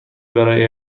برای